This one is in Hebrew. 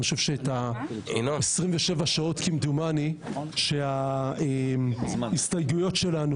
אני חושב ש-27 שעות, כמדומני, שההסתייגויות שלנו